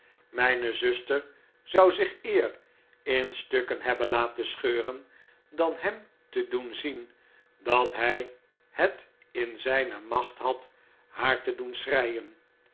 myne zuster zou zich eer in stukken hebben laten scheuren dan hem te doen zien dat hy het in zijne macht had haar te doen